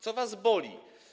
Co was boli?